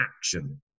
action